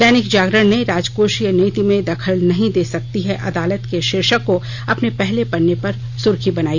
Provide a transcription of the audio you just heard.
दैनिक जागरण ने राजकोशीय नीति में दखल नहीं दे सकती है अदालत की भीर्शक को अपने पहले पन्ने की सुर्खी बनाई